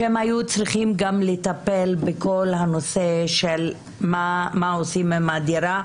שהם היו צריכים גם לטפל בכל הנושא של מה עושים עם הדירה,